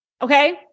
Okay